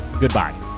goodbye